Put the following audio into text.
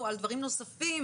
שלא יהיו כפל